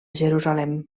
jerusalem